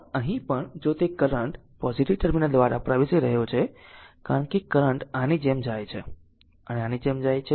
પણ અહીં પણ જો તે કરંટ પોઝીટીવ ટર્મિનલ દ્વારા પ્રવેશી રહ્યો છે કારણ કે કરંટ આની જેમ જાય છે અને આની જેમ જાય છે